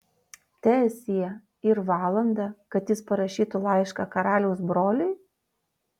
teesie ir valandą kad jis parašytų laišką karaliaus broliui